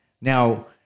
Now